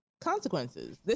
consequences